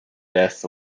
death